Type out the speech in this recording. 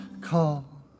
call